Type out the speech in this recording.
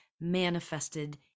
manifested